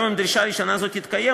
גם אם דרישה ראשונה זו תתקיים,